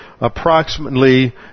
approximately